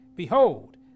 Behold